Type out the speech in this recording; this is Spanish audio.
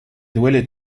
duele